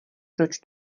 proč